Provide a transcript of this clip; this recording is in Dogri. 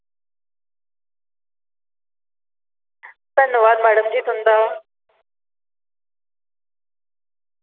धन्नवाद मैडम जी तुंदा